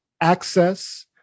access